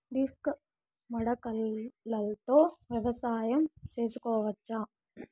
Disc మడకలతో వ్యవసాయం చేసుకోవచ్చా??